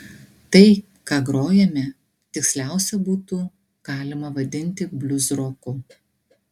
tai ką grojame tiksliausia būtų galima vadinti bliuzroku